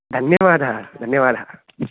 धन्यवादः धन्यवादः